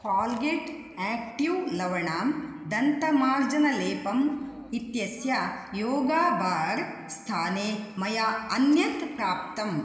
Colgate active लवणं दन्तमार्जनलेपम् इत्यस्य योगा बार् स्थाने मया अन्यत् प्राप्तम्